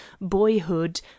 boyhood